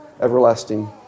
everlasting